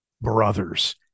Brothers